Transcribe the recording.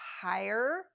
higher